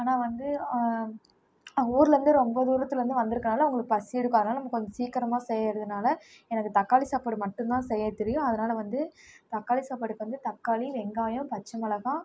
ஆனால் வந்து அவங்க ஊரில் இருந்து ரொம்ப தூரத்தில் இருந்து வந்திருக்கனால அவங்களுக்கு பசி எடுக்கும் அதனால நம்ம கொஞ்சம் சீக்கிரமா செய்கிறதுனால எனக்கு தக்காளி சாப்பாடு மட்டும் தான் செய்ய தெரியும் அதனால வந்து தக்காளி சாப்பாடு இப்போ வந்து தக்காளி வெங்காயம் பச்சை மிளகா